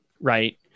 right